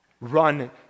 run